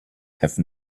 have